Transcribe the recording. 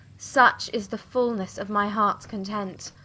such is the fulnesse of my hearts content.